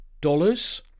dollars